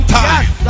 time